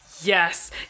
Yes